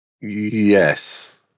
Yes